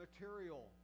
material